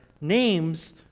names